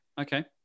Okay